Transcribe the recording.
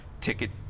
ticket